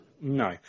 No